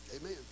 Amen